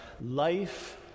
life